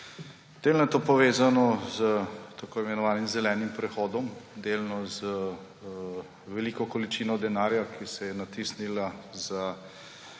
Delno je to povezano s tako imenovanim zelenim prehodom, delno z veliko količino denarja, ki se je natisnila za